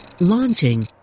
Launching